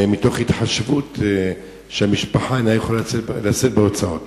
מתוך התחשבות, שהמשפחה אינה יכולה לשאת בהוצאות.